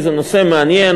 זה נושא מעניין,